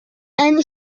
and